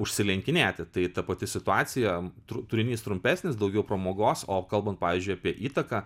užsilenkinėti tai ta pati situacija tru turinys trumpesnis daugiau pramogos o kalbant pavyzdžiui apie įtaką